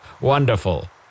Wonderful